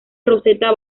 roseta